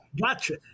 Gotcha